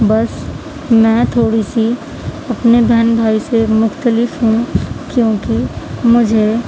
بس میں تھوڑی سی اپنے بہن بھائی سے مختلف ہوں کیونکہ مجھے